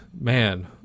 man